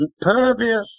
impervious